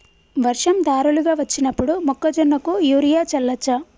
వర్షం ధారలుగా వచ్చినప్పుడు మొక్కజొన్న కు యూరియా చల్లచ్చా?